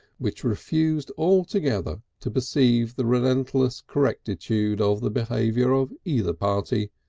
which refused altogether to perceive the relentless correctitude of the behaviour of either party,